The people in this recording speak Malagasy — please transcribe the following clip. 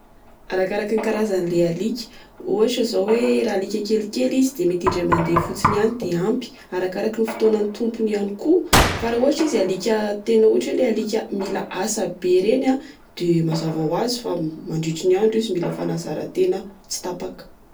Arakaraky ny karazan'ilay alika ohatra zao hoe raha alika kelikely izy dia mety indray fotsiny ihany de ampy, arakaraky ny fotoan'ny tompony ihany koa. Fa raha ohatra izy alika- tena ohatra hoe le alika mila asa be reny a, de mazava ho azy fa mandritra ny andro izy mila fanazara-tena tsy tapaka.